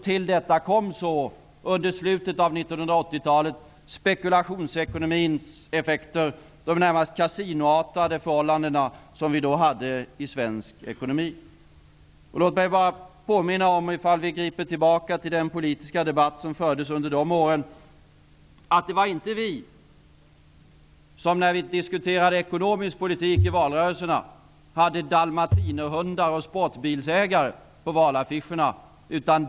Till detta kom så, under slutet av 1980 talet, spekulationsekonomins effekter, de närmast kasinoartade förhållanden som vi då hade i svensk ekonomi. Låt mig bara påminna om - ifall vi ser tillbaka på den politiska debatt som fördes under de åren — att det inte var vi, när vi diskuterade ekonomisk politik i valrörelserna, som hade dalmatinerhundar och sportbilsägare på valaffischerna.